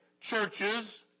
churches